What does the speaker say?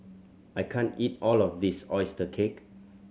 I can't eat all of this oyster cake